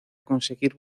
conseguir